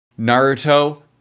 Naruto